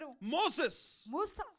Moses